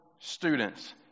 students